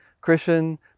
Christian